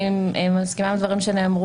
אני מסכימה עם הדברים שנאמרו,